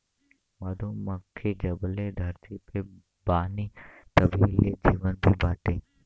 मधुमक्खी जबले धरती पे बानी तबही ले जीवन भी बाटे